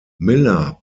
miller